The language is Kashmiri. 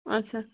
اَچھا